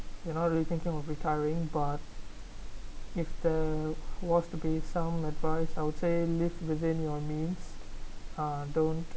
you know rethinking will be tiring but if the was to be sound advice I would say live within your means uh don't